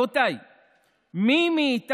כי לא נשאר להם כסף אחרי המיסים והמחיה המטורפת בארץ,